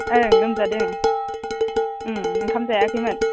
ओं लोमजादों ओंखाम जायाखैमोन